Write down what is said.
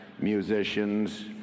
musicians